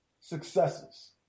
successes